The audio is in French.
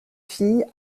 fille